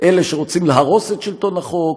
אלה שרוצים להרוס את שלטון החוק,